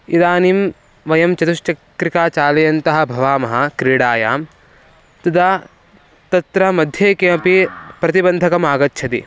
इदानीं वयं चतुश्चक्रिकां चालयन्तः भवामः क्रीडायां तदा तत्र मध्ये किमपि प्रतिबन्धकम् आगच्छति